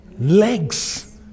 Legs